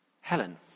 Helen